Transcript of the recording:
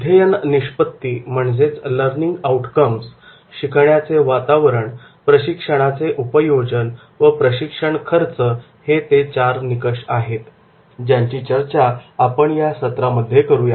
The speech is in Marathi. अध्ययन निष्पत्ती लर्निंग आऊटकम्स शिकण्याचे वातावरण प्रशिक्षणाचे उपयोजन व प्रशिक्षण खर्च हे ते चार निकष आहेत ज्यांची चर्चा आपण या सत्रामध्ये करूया